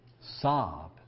Sob